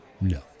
No